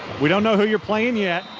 we don't know who you're playing yet,